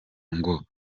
ngo